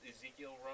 Ezekiel